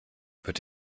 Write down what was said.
wird